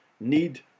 need